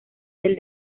del